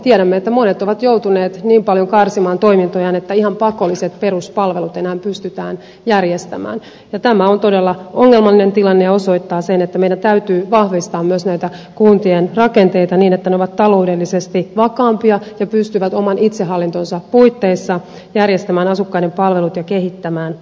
tiedämme että monet ovat joutuneet niin paljon karsimaan toimintojaan että ihan pakolliset peruspalvelut enää pystytään järjestämään ja tämä on todella ongelmallinen tilanne ja osoittaa sen että meidän täytyy vahvistaa myös näitä kuntien rakenteita niin että ne ovat taloudellisesti vakaampia ja pystyvät oman itsehallintonsa puitteissa järjestämään asukkaiden palvelut ja kehittämään alueita